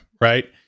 Right